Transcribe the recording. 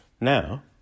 Now